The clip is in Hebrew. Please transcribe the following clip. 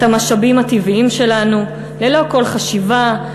המשאבים הטבעיים שלנו ללא כל חשיבה,